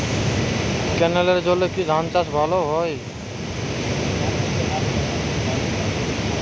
ক্যেনেলের জলে কি ধানচাষ ভালো হয়?